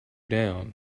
down